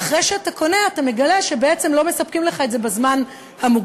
שאחרי שאתה קונה אתה מגלה שבעצם לא מספקים לך את זה בזמן המוגדר,